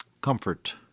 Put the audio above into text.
Comfort